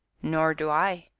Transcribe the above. nor do i!